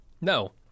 No